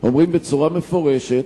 אומרים בצורה מפורשת,